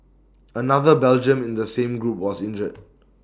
another Belgian in the same group was injured